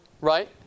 right